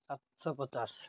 ସାତଶହ ପଚାଶ